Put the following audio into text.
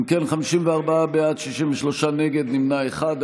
אם כן, 54 בעד, 63 נגד, נמנע אחד.